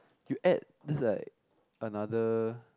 you add that's like another